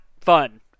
fun